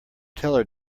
teller